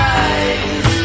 eyes